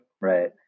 right